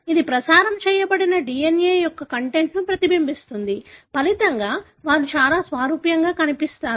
ఇది ప్రసారం చేయబడిన DNA యొక్క కంటెంట్ను ప్రతిబింబిస్తుంది ఫలితంగా వారు చాలా సారూప్యంగా కనిపిస్తారు